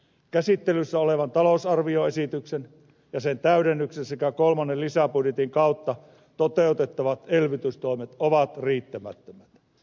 käsittelyssä olevan talousarvioesityksen ja sen täydennyksen sekä kolmannen lisäbudjetin kautta toteutettavat elvytystoimet ovat riittämättömät